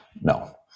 No